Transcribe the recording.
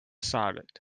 salad